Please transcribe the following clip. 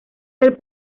del